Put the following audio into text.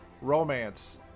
Romance